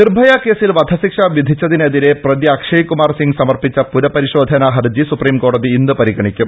നിർഭയ കേസിൽ വധശിക്ഷ വിധിച്ചതിനെതിരെ പ്രതി അക്ഷയ്കുമാർ സിങ് സമർപ്പിച്ച പുനപരിശോധനാ ഹർജി സുപ്രീംകോടതി ഇന്ന് പരിഗണിക്കും